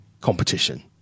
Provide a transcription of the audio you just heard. competition